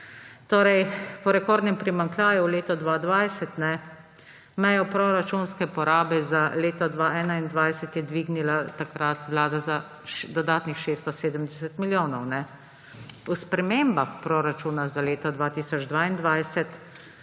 Torej, po rekordnem primanjkljaju leta 2020 je mejo proračunske porabe za leto 2021 dvignila takrat Vlada za dodatnih 670 milijonov. V spremembah proračuna za leto 2022